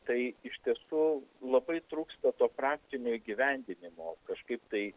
tai iš tiesų labai trūksta to praktinio įgyvendinimo kažkaip tai